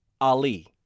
Ali